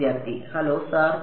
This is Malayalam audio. വിദ്യാർത്ഥി ഹലോ സർ